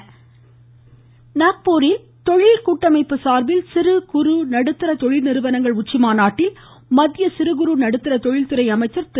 நிதின்கட்கரி நாக்பூரில் தொழில் கூட்டமைப்பு சார்பில் சிறு குறு நடுத்தர தொழில் நிறுவனங்கள் உச்சிமாநாட்டில் மத்திய சிறு குறு நடுத்தர தொழில் துறை அமைச்சா் திரு